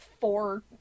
four